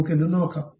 നമുക്ക് ഇത് നോക്കാം